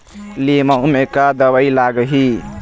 लिमाऊ मे का दवई लागिही?